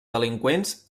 delinqüents